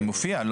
זה מופיע.